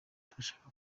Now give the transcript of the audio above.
turashaka